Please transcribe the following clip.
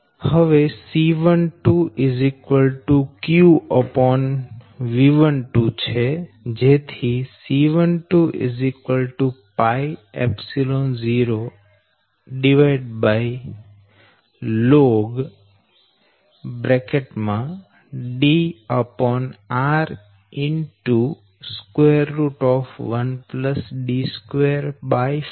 હવે C12 q V12 જેથી C12 0ln D r 1D24h2 Fm